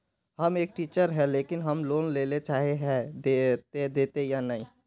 हम एक टीचर है लेकिन हम लोन लेले चाहे है ते देते या नय?